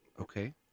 Okay